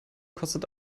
kostet